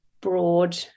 broad